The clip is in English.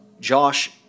Josh